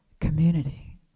community